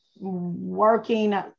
working